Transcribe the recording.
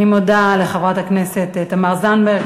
אני מודה לחברת הכנסת תמר זנדברג.